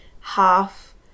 half